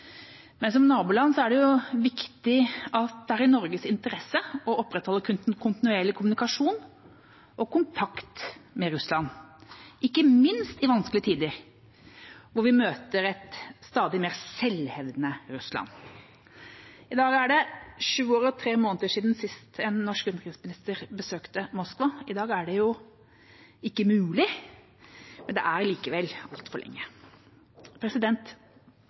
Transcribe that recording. men som naboland er det i Norges interesse å opprettholde kontinuerlig kommunikasjon og kontakt med Russland, ikke minst i vanskelige tider hvor vi møter et stadig mer selvhevdende Russland. I dag er det sju år og tre måneder siden sist en norsk utenriksminister besøkte Moskva. I dag er det jo ikke mulig, men det er likevel altfor lenge.